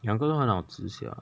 两个都很好吃 sia